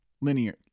Linear